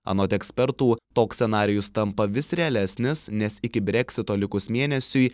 anot ekspertų toks scenarijus tampa vis realesnis nes iki breksito likus mėnesiui